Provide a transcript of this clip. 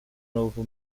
novo